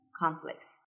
conflicts